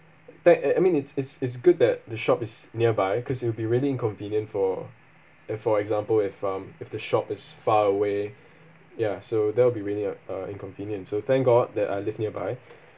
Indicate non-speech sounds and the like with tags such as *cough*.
that I I mean it's it's it's good that the shop is nearby cause it'll be really inconvenient for if for example if um if the shop is far away *breath* ya so that will be really uh uh inconvenient so thank god that I live nearby